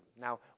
Now